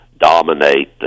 dominate